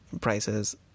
prices